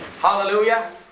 Hallelujah